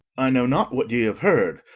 i know not what ye have heard.